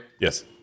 Yes